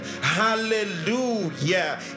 Hallelujah